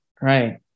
right